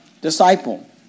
disciple